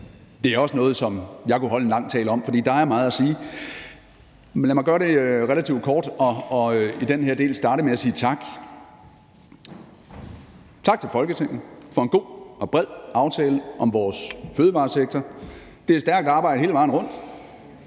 Det er også noget, som jeg kunne holde en lang tale om, for der er meget at sige, men lad mig gøre det relativt kort og i den her del starte med at sige tak – tak til Folketinget for en god og bred aftale om vores fødevaresektor. Det er stærkt arbejde hele vejen rundt